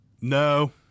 no